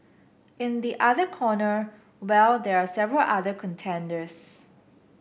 in the other corner well there are several other contenders